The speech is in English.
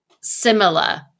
similar